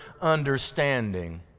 understanding